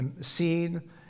seen